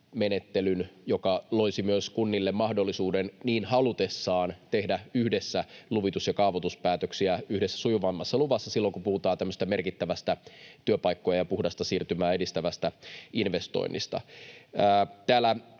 joka loisi kunnille myös mahdollisuuden niin halutessaan tehdä yhdessä luvitus- ja kaavoituspäätöksiä yhdessä sujuvammassa luvassa silloin, kun puhutaan tämmöisestä merkittävästä työpaikkoja ja puhdasta siirtymää edistävästä investoinnista.